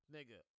Nigga